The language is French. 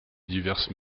diverses